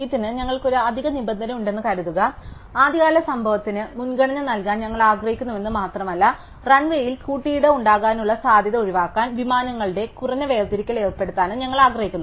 ഇതിന് ഞങ്ങൾക്ക് ഒരു അധിക നിബന്ധനയുണ്ടെന്ന് കരുതുക ആദ്യകാല സംഭവത്തിന് മുൻഗണന നൽകാൻ ഞങ്ങൾ ആഗ്രഹിക്കുന്നുവെന്ന് മാത്രമല്ല റൺവേയിൽ കൂട്ടിയിടി ഉണ്ടാകാനുള്ള സാധ്യത ഒഴിവാക്കാൻ വിമാനങ്ങളുടെ കുറഞ്ഞ വേർതിരിക്കൽ ഏർപ്പെടുത്താനും ഞങ്ങൾ ആഗ്രഹിക്കുന്നു